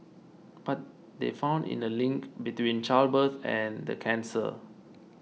but they found in a link between childbirth and the cancer